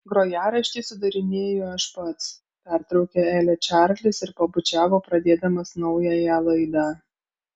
grojaraštį sudarinėju aš pats pertraukė elę čarlis ir pabučiavo pradėdamas naująją laidą